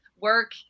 work